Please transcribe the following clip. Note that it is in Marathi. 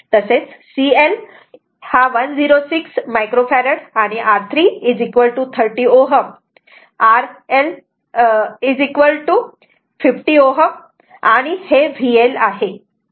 तसेच CL 106 मायक्रो फेरड आणि R3 30 Ω R L 50 Ω आणि हे VL आहे